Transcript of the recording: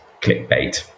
clickbait